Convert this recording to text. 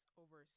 over